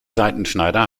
seitenschneider